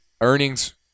earnings